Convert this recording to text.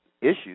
issues